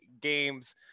games